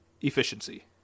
efficiency